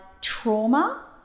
trauma